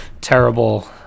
terrible